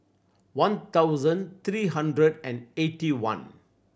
one thousand three hundred and eighty one